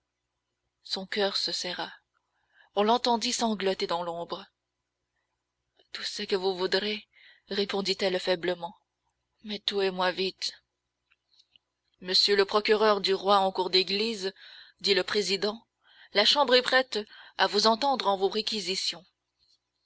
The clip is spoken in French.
son coeur se serra on l'entendit sangloter dans l'ombre tout ce que vous voudrez répondit-elle faiblement mais tuez-moi vite monsieur le procureur du roi en cour d'église dit le président la chambre est prête à vous entendre en vos réquisitions